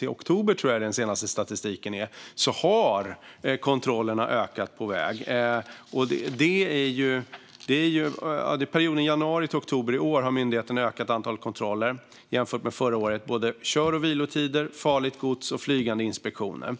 Jag tror att den senaste statistiken sträcker sig fram till oktober. Ja, under perioden januari-oktober i år har myndigheten ökat antalet kontroller jämfört med förra året - det gäller kör och vilotider, farligt gods och flygande inspektioner.